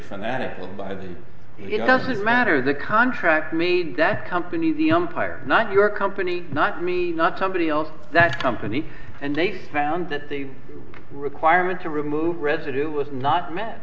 fanatical by the it doesn't matter the contract made that company the umpire not your company not me not somebody else that company and they found that they requirement to remove residue was not m